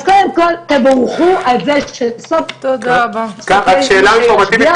אז קודם כל תבורכו על זה שסוף סוף --- שאלה אינפורמטיבית,